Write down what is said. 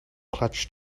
clutch